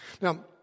Now